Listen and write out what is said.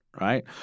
Right